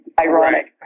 ironic